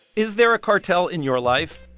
is there a cartel in your life?